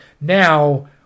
Now